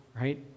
right